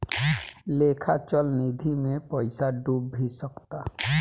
लेखा चल निधी मे पइसा डूब भी सकता